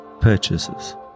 purchases